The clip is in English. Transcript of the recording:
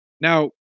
Now